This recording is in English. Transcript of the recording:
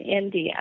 India